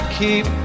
keep